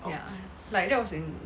ya like that was in